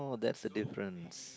that's the difference